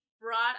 brought